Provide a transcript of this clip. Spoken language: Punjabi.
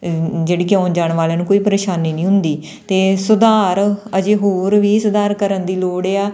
ਜਿਹੜੀ ਕਿ ਆਉਣ ਜਾਣ ਵਾਲਿਆਂ ਨੂੰ ਕੋਈ ਪਰੇਸ਼ਾਨੀ ਨਹੀਂ ਹੁੰਦੀ ਅਤੇ ਸੁਧਾਰ ਅਜੇ ਹੋਰ ਵੀ ਸੁਧਾਰ ਕਰਨ ਦੀ ਲੋੜ ਆ